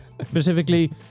Specifically